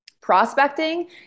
Prospecting